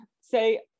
say